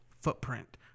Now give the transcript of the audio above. footprint